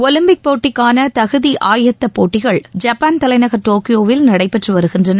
Olympic போட்டிக்கான தகுதி ஆயத்தப் போட்டிகள் ஜப்பான் தலைநகர் டோக்கியோவில் நடைபெற்று வருகிறது